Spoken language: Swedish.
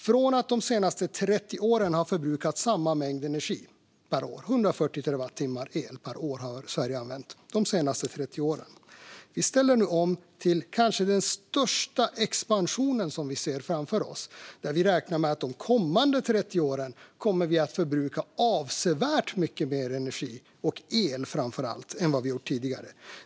Från att de senaste 30 åren ha förbrukat samma mängd energi per år - 140 terawattimmar el per år har Sverige använt de senaste 30 åren - ställer vi nu om till den kanske största expansion vi ser framför oss. De kommande 30 åren räknar vi med att vi kommer att förbruka avsevärt mycket mer energi, framför allt el, än vi gjort tidigare.